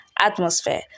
atmosphere